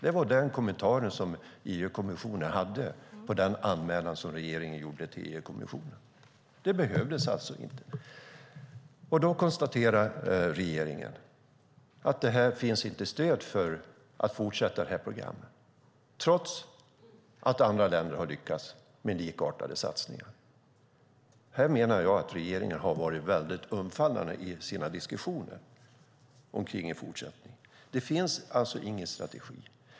Det var den kommentar som EU-kommissionen hade på den anmälan som regeringen gjorde till EU-kommissionen. Det behövdes alltså inte. Regeringen konstaterar då att det inte finns stöd för att fortsätta programmet trots att andra länder har lyckats med likartade satsningar. Här menar jag att regeringen har varit väldigt undfallande i sina diskussioner om en fortsättning. Det finns ingen strategi.